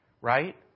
Right